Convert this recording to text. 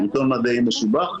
עיתון מדעי משובח,